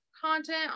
content